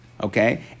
Okay